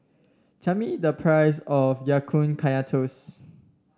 tell me the price of Ya Kun Kaya Toast